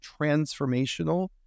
transformational